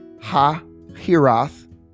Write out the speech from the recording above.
Ha-Hirath